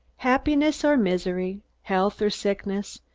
happiness or misery, health or sickness,